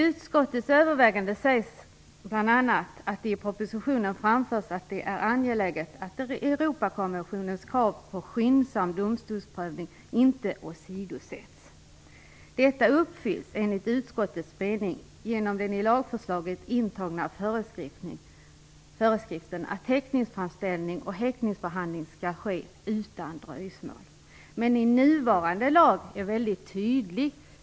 I utskottets övervägande sägs bl.a. att det i propositionen framförs att det är angeläget att Europakonventionens krav på skyndsam domstolsprövning inte åsidosätts. Detta krav uppfylls enligt utskottets mening genom den i lagförslaget intagna föreskriften att häktningsframställning och häktningsförhandling skall ske utan dröjsmål. Men nuvarande lag är mycket tydlig.